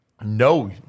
no